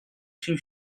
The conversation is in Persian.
شویم